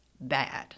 bad